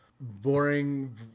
boring